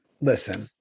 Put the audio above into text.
listen